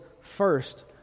first